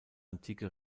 antike